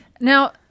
Now